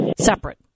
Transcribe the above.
separate